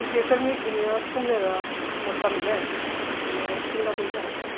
जेकर मिगी दुनिया घुम्मने दा मौका मिले ते में सिंगापुर जाना चाह्ङ